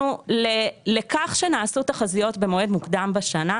לכך שנעשו תחזיות במועד מוקדם בשנה,